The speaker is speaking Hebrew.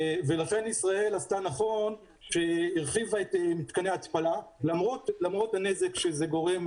ולכן ישראל עשתה נכון כשהרחיבה את מתקני ההתפלה למרות הנזק שזה גורם,